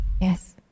Yes